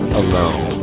alone